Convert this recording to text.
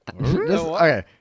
Okay